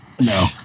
No